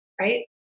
Right